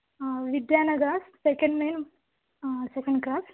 ಹಾಂ Vidyanagar second main ಹಾಂ second cross